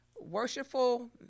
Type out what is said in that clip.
worshipful